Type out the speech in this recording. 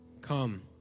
come